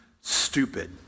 stupid